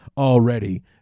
Already